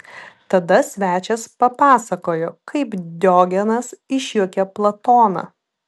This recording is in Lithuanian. tada svečias papasakojo kaip diogenas išjuokė platoną